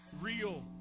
real